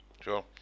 sure